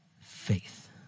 Faith